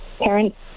parents